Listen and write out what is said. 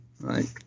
right